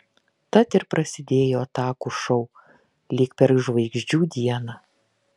tad ir prasidėjo atakų šou lyg per žvaigždžių dieną